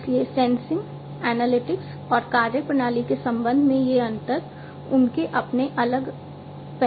इसलिए सेंसिंग और कार्यप्रणाली के संबंध में ये अंतर उनके अपने अलग पहलू हैं